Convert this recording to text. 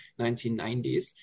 1990s